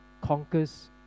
conquers